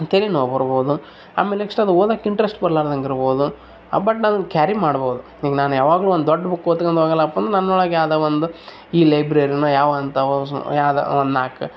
ತಲೆ ನೋವು ಬರ್ಬೋದು ಆಮೇಲೆ ನೆಕ್ಸ್ಟ್ ಅದು ಓದೋಕೆ ಇಂಟ್ರೆಸ್ಟ್ ಬರಲಾರ್ದಂಗೆ ಇರ್ಬೋದು ಬಟ್ ನಾವು ಅದನ್ನು ಕ್ಯಾರಿ ಮಾಡ್ಬೋದು ಈಗ ನಾನು ಯಾವಾಗಲು ಒಂದು ದೊಡ್ಡ ಬುಕ್ ಓದ್ಕಂಡ್ ಆಗಲ್ಲಪ್ಪ ಅಂದ್ರೆ ನನ್ನ ಒಳಗೆ ಯಾವ್ದೋ ಒಂದು ಈ ಲೈಬ್ರೆರಿನೋ ಯಾವೋ ಒಂದು ತಗ ಯೂಸ್ ಯಾವುದೋ ಒಂದು ನಾಲ್ಕು